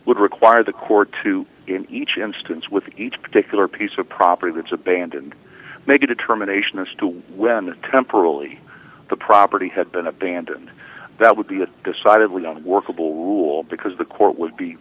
would require the court to in each instance with each particular piece of property that's abandoned make a determination as to when temporarily the property had been abandoned that would be a decidedly on workable rule because the court would be